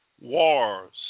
wars